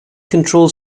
control